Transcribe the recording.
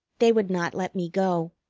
they would not let me go.